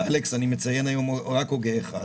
אלכס, אני מציין היום רק הוגה אחד.